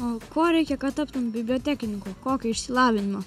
o ko reikia kad taptum bibliotekininku kokio išsilavinimo